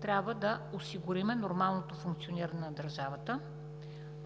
трябва да осигурим нормалното функциониране на държавата,